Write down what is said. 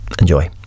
Enjoy